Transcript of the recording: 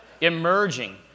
emerging